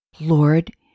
Lord